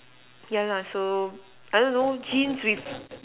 yeah lah so I don't know jeans with